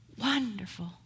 wonderful